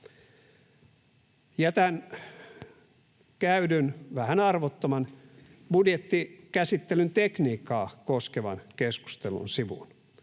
Jätän käydyn — vähän arvottoman — budjettikäsittelyn tekniikkaa koskevan keskustelun sivuun.